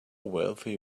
wealthy